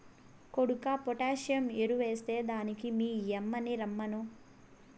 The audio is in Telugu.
కొడుకా పొటాసియం ఎరువెస్తే దానికి మీ యమ్మిని రమ్మను